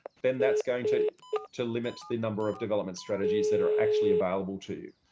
then that's going to to limit the number of development strategies. that are actually available to you.